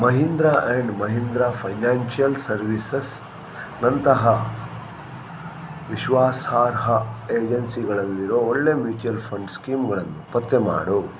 Mahindra and Mahindra financial ಸರ್ವೀಸಸ್ನಂತಹ ವಿಶ್ವಾಸಾರ್ಹ ಏಜೆನ್ಸಿಗಳಲ್ಲಿರೋ ಒಳ್ಳೆ ಮ್ಯೂಚುಯಲ್ ಫಂಡ್ ಸ್ಕೀಮ್ಗಳನ್ನು ಪತ್ತೆ ಮಾಡು